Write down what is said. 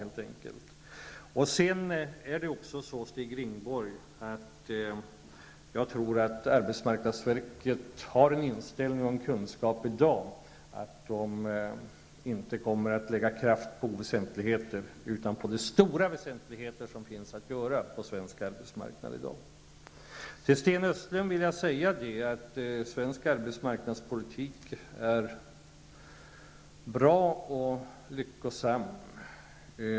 Sedan tror jag också, Stig Rindborg, att arbetsmarknadsverket har en inställning och en kunskap i dag som gör att det inte kommer att lägga kraft på oväsentligheter, utan på de stora väsentligheter som finns på svensk arbetsmarknad i dag. Till Sten Östlund vill jag säga att den svenska arbetsmarknadspolitiken är bra och lyckosam.